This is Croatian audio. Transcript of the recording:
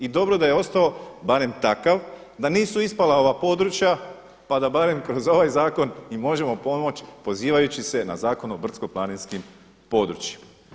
I dobro da je ostalo, barem takav da nisu ispala ova područja pa da barem kroz ovaj zakon im možemo pomoći pozivajući se na Zakon o brdsko-planinskim područjima.